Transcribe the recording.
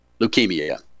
leukemia